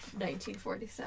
1947